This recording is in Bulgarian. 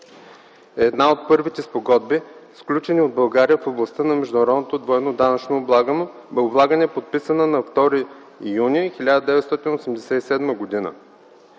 една от първите спогодби, сключени от България в областта на международното двойно данъчно облагане – подписана е на 2 юни 1987 г.